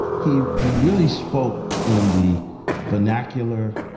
he he really spoke in the vernacular.